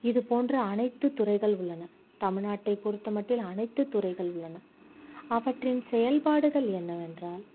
இது போன்ற அனைத்து துறைகள் உள்ளன தமிழ்நாட்டை பொறுத்தமட்டில் அனைத்து துறைகள் உள்ளன அவற்றின் செயல்பாடுகள் என்னவென்றால்